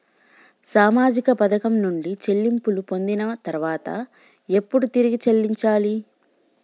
సామాజిక పథకం నుండి చెల్లింపులు పొందిన తర్వాత ఎప్పుడు తిరిగి చెల్లించాలి?